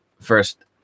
first